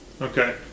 okay